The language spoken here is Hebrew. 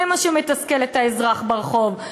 זה מה שמתסכל את האזרח ברחוב.